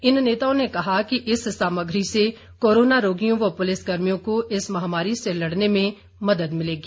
इन नेताओं ने कहा कि इस सामग्री से कोरोना रोगियों व पुलिस कर्मियों को इस महामारी से लड़ने में मदद मिलेगी